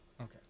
Okay